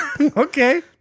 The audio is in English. Okay